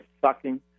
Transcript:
sucking